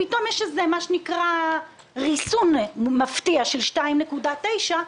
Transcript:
פתאום יש מה שנקרא ריסון מפתיע של 2.9%,